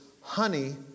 honey